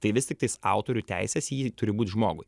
tai vis tiktais autorių teisės į jį turi būt žmogui